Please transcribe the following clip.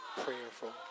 prayerful